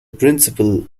principal